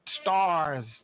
stars